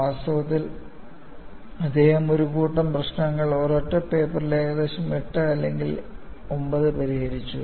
വാസ്തവത്തിൽ അദ്ദേഹം ഒരു കൂട്ടം പ്രശ്നങ്ങൾ ഒരൊറ്റ പേപ്പറിൽ ഏകദേശം 8 അല്ലെങ്കിൽ 9 പരിഹരിച്ചു